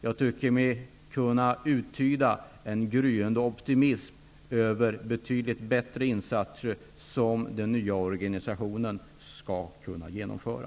Jag tycker mig kunna uttyda en gryende optimism inför de betydligt bättre insatser som den nya organisationen skall kunna genomföra.